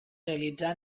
realitzar